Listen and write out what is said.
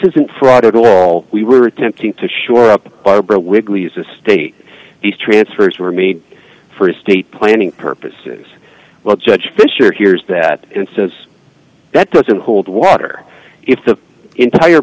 isn't fraud at all we were attempting to shore up barbara wigley as a state these transfers were made for estate planning purposes well judge fisher hears that and says that doesn't hold water if the entire